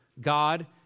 God